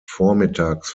vormittags